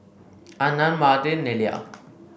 Anand Mahade Neila